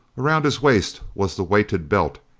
around his waist was the weighted belt,